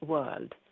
World